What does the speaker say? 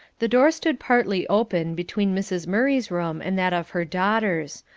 the door stood partly open between mrs. murray's room and that of her daughters.